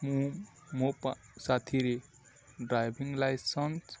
ମୁଁ ମୋ ସାଥିରେ ଡ୍ରାଇଭିଂ ଲାଇସେନ୍ସ